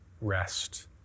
rest